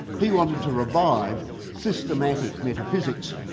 he wanted to revive systematic metaphysics,